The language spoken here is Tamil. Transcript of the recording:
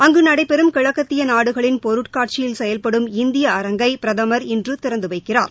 அங்கு நடைபெறும் கிழக்கத்திய நாடுகளின் பொருட்காட்சியில் செயல்படும் இந்திய அரங்கை பிரதமர் இன்று திறந்து வைக்கிறார்